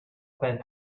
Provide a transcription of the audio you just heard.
spent